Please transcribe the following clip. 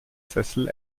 sessel